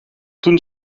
toen